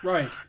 Right